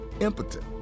impotent